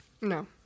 No